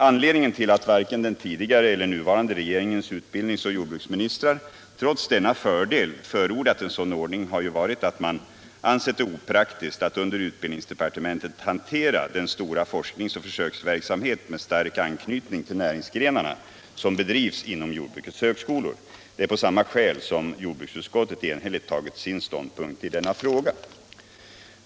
Anledningen till att varken den tidigare eller den nuvarande regeringens jordbruksministrar trots denna fördel förordat en sådan ordning har varit att man ansett det opraktiskt att under utbildningsdepartementet hantera den stora forsknings och försöksverksamhet med stark anknytning till näringsgrenarna som bedrivs inom jordbrukets högskolor. Det är av samma skäl som jordbruksutskottet enhälligt intagit sin ståndpunkt i denna fråga.